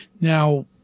Now